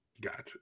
Gotcha